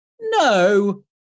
No